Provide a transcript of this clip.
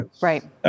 Right